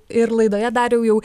ir laidoje dariau jau